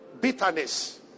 Bitterness